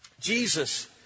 Jesus